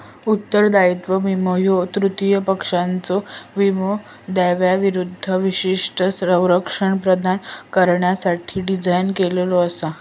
उत्तरदायित्व विमो ह्यो तृतीय पक्षाच्यो विमो दाव्यांविरूद्ध विशिष्ट संरक्षण प्रदान करण्यासाठी डिझाइन केलेला असा